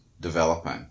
developing